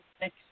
next